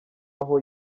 aho